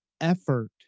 effort